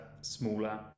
smaller